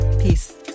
Peace